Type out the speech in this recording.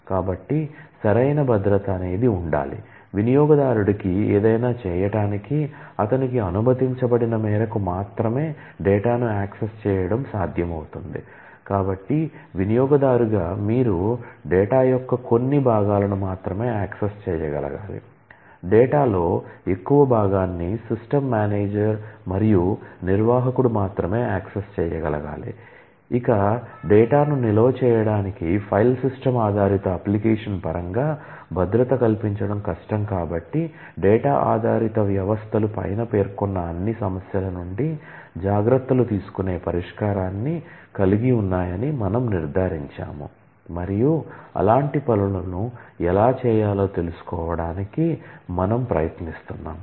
కాబట్టి సరైన భద్రత అనేది ఉండాలి వినియోగదారుడుకి ఏదైనా చేయటానికి అతనికి అనుమతించబడిన మేరకు మాత్రమే డేటాను యాక్సెస్ పరంగా భద్రత కల్పించడం కష్టం కాబట్టి డేటా ఆధారిత వ్యవస్థలు పైన పేర్కొన్న అన్ని సమస్యల నుండి జాగ్రత్తలు తీసుకునే పరిష్కారాన్ని కలిగి ఉన్నాయని మనం నిర్ధారించాము మరియు అలాంటి పనులను ఎలా చేయాలో తెలుసుకోవడానికి మనం ప్రయత్నిస్తున్నాము